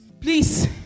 Please